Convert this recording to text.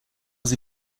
sie